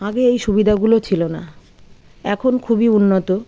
আগে এই সুবিধাগুলো ছিলো না এখন খুবই উন্নত